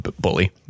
bully